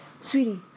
Sweetie